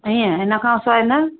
इअं इन खां सवाइ न